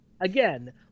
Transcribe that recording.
Again